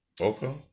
Okay